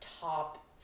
top